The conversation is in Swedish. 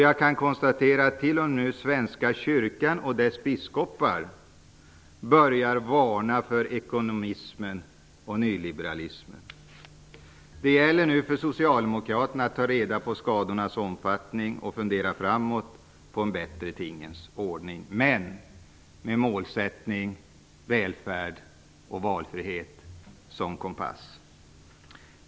Jag konstaterar att t.o.m. svenska kyrkan och dess biskopar börjar varna för ''ekonomismen'' och nyliberalismen. Det gäller nu för Socialdemokraterna att ta reda på skadornas omfattning och tänka framåt på en bättre tingens ordning, men med kompassen inställd på målen välfärd och valfrihet.